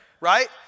right